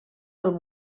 del